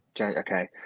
okay